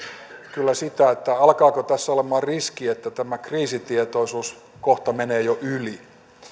kyllä miettimään sitä että alkaako tässä olemaan riski että tämä kriisitietoisuus kohta menee jo yli että